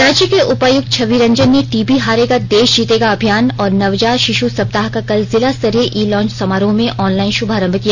रांची के उपायुक्त छबि रंजन ने टीबी हारेगा देश जीतेगा अभियान और नवजात शिशु सप्ताह का कल जिला स्तरीय इ लॉन्च समारोह में ऑनलाइन शुभारंभ किया